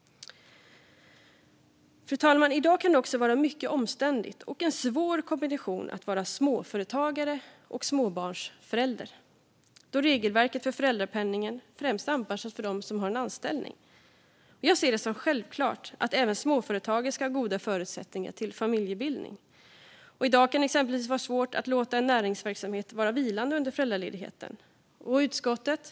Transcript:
Fru talman! I dag kan det vara mycket omständligt och en svår kombination att vara småföretagare och småbarnsförälder. Regelverket för föräldrapenningen är främst anpassat för den som har en anställning. Jag ser det som självklart att även småföretagare ska ha goda förutsättningar för familjebildning. I dag kan det exempelvis vara svårt att låta en näringsverksamhet vara vilande under föräldraledigheten.